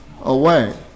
away